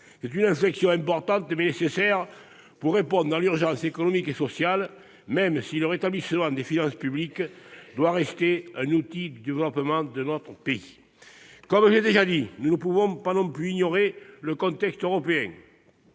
C'est une inflexion importante, mais nécessaire, pour répondre à l'urgence économique et sociale, même si le rétablissement des finances publiques doit rester un outil du développement de notre pays. Comme je l'ai déjà dit, nous ne pouvons pas non plus ignorer le contexte européen.